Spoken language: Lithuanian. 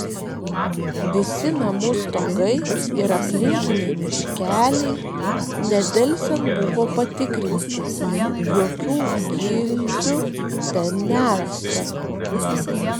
visi namų stogai ir aplinkiniai miškeliai nedelsiant buvo patikrinti jokių gilzių ten nerasta